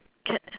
cat